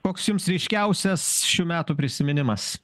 koks jums ryškiausias šių metų prisiminimas